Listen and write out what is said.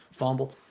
fumble